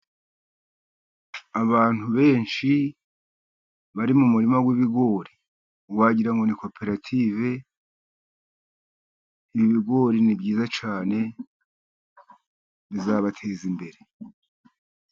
Abantu benshi bari mu murima w'ibigori wagira ngo ni koperative. Ibi bigori ni byiza cyane, bizabateza imbere.